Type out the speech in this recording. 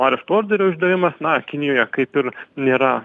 arešto orderio išdavimas na kinijoje kaip ir nėra